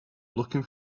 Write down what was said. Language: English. looking